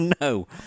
No